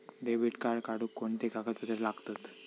Debit card काढुक कोणते कागदपत्र लागतत?